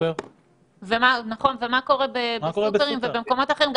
ומה קורה בסופר או במקומות אחרים?